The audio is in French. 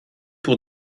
pour